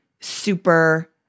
super